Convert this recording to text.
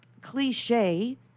cliche